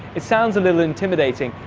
it sounds a little intimidating,